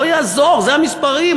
לא יעזור, זה המספרים.